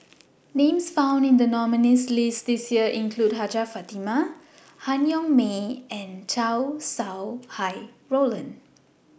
Names found in The nominees' list This Year include Hajjah Fatimah Han Yong May and Chow Sau Hai Roland